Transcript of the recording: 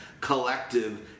collective